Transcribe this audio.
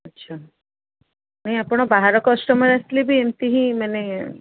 ଆଚ୍ଛା ନାଇଁ ଆପଣ ବାହାର କଷ୍ଟମର୍ ଆସିଲେ ବି ଏମତି ହିଁ ମାନେ